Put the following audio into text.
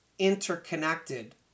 interconnected